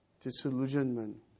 disillusionment